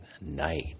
night